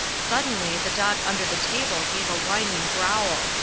suddenly the dog under the table gave a whining growl.